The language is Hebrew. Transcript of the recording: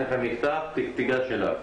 ובאמת מטילים